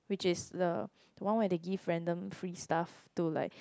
which is the one where give random free stuff to like